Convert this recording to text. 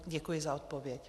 Děkuji za odpověď.